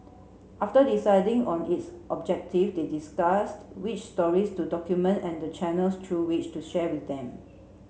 after deciding on its objective they discussed which stories to document and the channels through which to share them